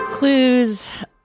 Clues